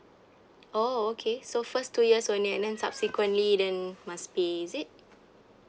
oh okay so first two years only and then subsequently then must pay is it